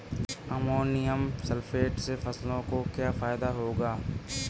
Ammonium sulphate से फसलों को क्या फायदा होगा?